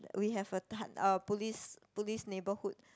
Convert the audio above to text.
we have a um police police neighbourhood